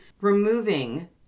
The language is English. removing